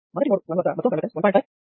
మొదటి నోడు 1 వద్ద మొత్తం కండెక్టన్స్ 1